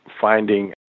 finding